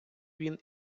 він